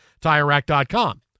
TireRack.com